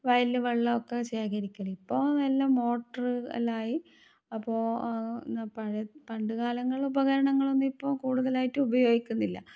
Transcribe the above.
വയലിൽ വെള്ളമൊക്കെ ശേഖരിക്കൽ ഇപ്പോൾ എല്ലാം മോട്ടറു എല്ലാം ആയി അപ്പോൾ പണ്ടുകാലങ്ങൾ ഉപകരണങ്ങളൊന്നും ഇപ്പോൾ കൂടുതലായിട്ട് ഉപയോഗിക്കുന്നില്ല